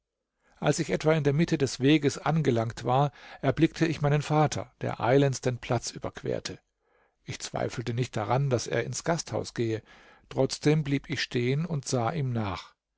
als ich etwa in der mitte des weges angelangt war erblickte ich meinen vater der eilends den platz überquerte ich zweifelte nicht daran daß er ins gasthaus gehe trotzdem blieb ich stehen und sah ihm nach